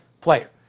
player